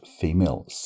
female